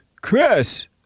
Chris